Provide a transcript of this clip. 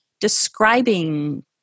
describing